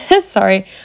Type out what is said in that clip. Sorry